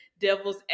devil's